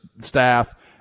staff